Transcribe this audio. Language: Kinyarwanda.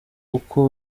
uko